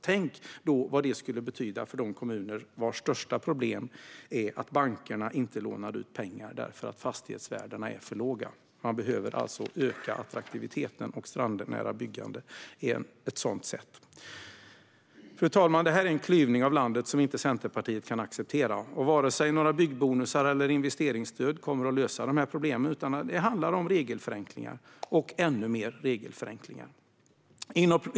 Tänk vad det skulle betyda för de kommuner vars största problem är att bankerna inte lånar ut pengar därför att fastighetsvärdena är för låga! Man behöver alltså öka attraktiviteten, och strandnära byggande är ett sätt att göra det. Fru talman! Det här är en klyvning av landet som Centerpartiet inte kan acceptera. Varken byggbonusar eller investeringsstöd kommer att lösa problemen, utan det handlar om regelförenklingar och ännu mer regelförenklingar.